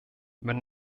wenn